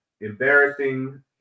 embarrassing